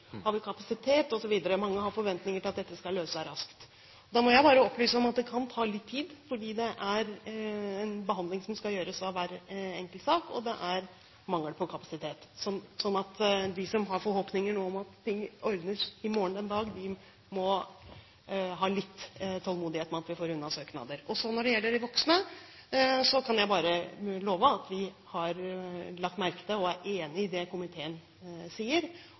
Har vi kapasitet, osv.? Mange har forventninger til at dette skal løse seg raskt. Jeg må bare opplyse om at dette kan ta litt tid, fordi hver enkelt sak skal behandles, og det er mangel på kapasitet. De som har forhåpninger om at ting ordnes i morgen den dag, må ha litt tålmodighet med at vi får unna søknader. Når det gjelder de voksne, kan jeg bare si at vi har lagt merke til og er enig i det komiteen sier.